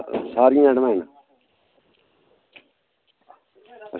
सारियां न